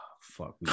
fuck